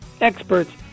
experts